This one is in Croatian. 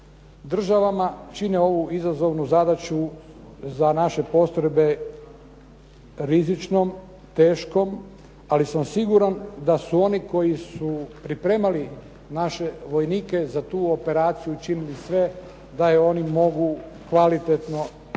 državama čine ovu izazovnu zadaću za naše postrojbe rizičnom, teškom, ali sam siguran da su oni koji su pripremali naše vojnike za tu operaciju činili sve da ju oni mogu kvalitetno i dobro